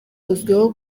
uzwiho